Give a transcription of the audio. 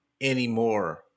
anymore